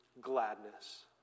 gladness